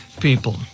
people